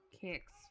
kicks